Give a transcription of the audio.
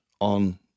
on